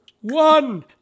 One